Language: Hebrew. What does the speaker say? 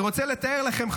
אני רוצה לתאר לכם,